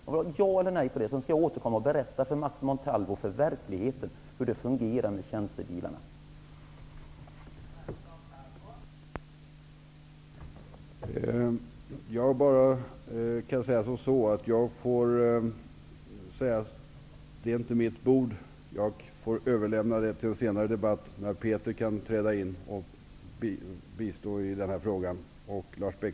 Svara ja eller nej på det, sedan skall jag återkomma och berätta för Max Montalvo hur det fungerar med tjänstebilar i verkligheten.